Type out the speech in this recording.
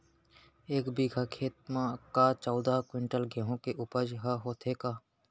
एक बीघा खेत म का चौदह क्विंटल गेहूँ के उपज ह होथे का?